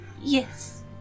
yes